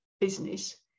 business